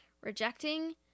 rejecting